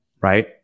right